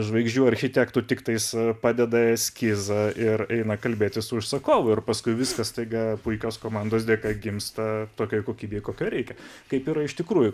žvaigždžių architektų tiktais padeda eskizą ir eina kalbėtis su užsakovu ir paskui viskas staiga puikios komandos dėka gimsta tokia kokybė kokia reikia kaip yra iš tikrųjų